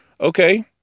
okay